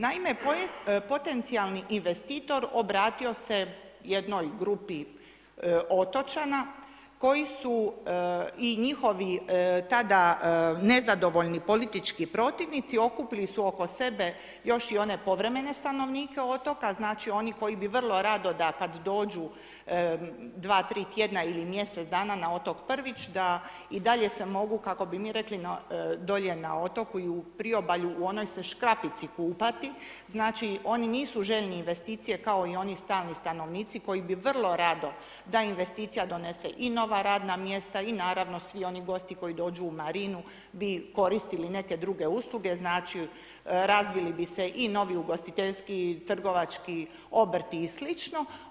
Naime, potencijalni investitor obratio se jednoj grupi otočana koji su i njihovi tada nezadovoljni politički protivnici okupili su oko sebe još i one povremene stanovnike otoka, znači oni koji bi vrlo rado da kada dođu dva, tri tjedna ili mjesec dana na otok Prvić da i dalje se mogu kako bi mi rekli dolje na otoku i u priobalju u onoj se škrapici kupati, znači oni nisu željni investicije kao i oni stalni stanovnici koji bi vrlo rado da investicija donese i nova radna mjesta i naravno svi oni gosti koji dođu u marinu bi koristili neke druge usluge, znači razvili bi se i novi ugostiteljski i trgovački obrti i slično.